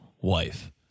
wife